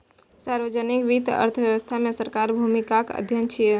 सार्वजनिक वित्त अर्थव्यवस्था मे सरकारक भूमिकाक अध्ययन छियै